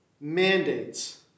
mandates